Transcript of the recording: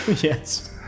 Yes